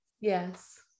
yes